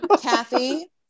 kathy